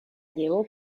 llevó